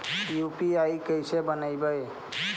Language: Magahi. यु.पी.आई कैसे बनइबै?